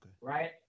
Right